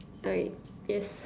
alright yes